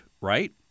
right